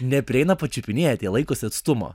neprieina pačiupinėti jie laikosi atstumo